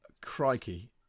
Crikey